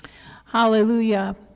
hallelujah